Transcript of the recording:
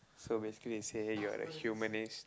so basically it say you're a humanist